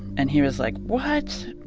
and he was like what?